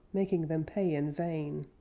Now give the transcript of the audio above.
making them pay in vain.